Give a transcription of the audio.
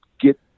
get